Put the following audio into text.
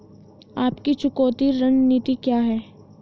आपकी चुकौती रणनीति क्या है?